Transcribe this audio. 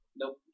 Nope